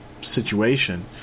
situation